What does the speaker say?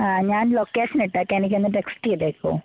ഞാൻ ലൊക്കേഷൻ ഇട്ടേക്കാം എനിക്കൊന്ന് ടെക്സ്റ്റ് ചെയ്തേക്കുവോ